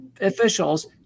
officials